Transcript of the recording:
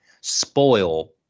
spoil